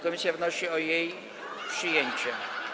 Komisja wnosi o jej przyjęcie.